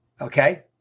Okay